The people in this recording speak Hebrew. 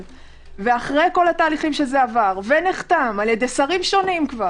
ואחרי כל התהליכים שזה עבר ונחתם על-ידי שרים שונים,